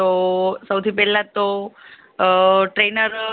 તો સૌથી પહેલાં તો ટ્રેઈનર